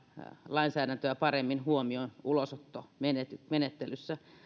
lainsäädäntöä paremmin huomioon ulosottomenettelyssä